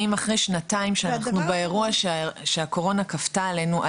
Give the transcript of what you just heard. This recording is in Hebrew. האם אחרי שנתיים שאנחנו באירוע שהקורונה כפתה עלינו,